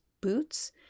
boots